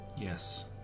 Yes